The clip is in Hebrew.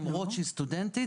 למרות שהיא סטודנטית.